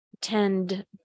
tend